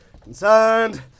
concerned